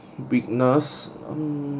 witness um